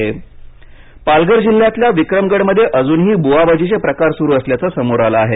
पालघर पालघर जिल्ह्यातल्या विक्रमगडमध्ये अजूनही ब्वाबाजीचे प्रकार सुरू असल्याचं समोर आलं आहे